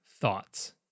thoughts